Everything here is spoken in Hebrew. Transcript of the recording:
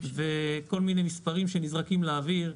עם כל מיני מספרים שנזרקים לאוויר.